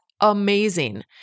amazing